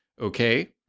Okay